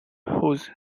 whose